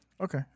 Okay